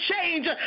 change